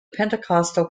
pentecostal